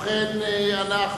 ובכן,